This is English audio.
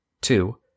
Two